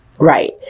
Right